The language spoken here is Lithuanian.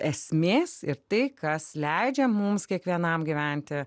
esmės ir tai kas leidžia mums kiekvienam gyventi